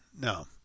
No